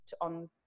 on